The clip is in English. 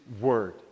Word